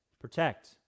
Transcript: Protect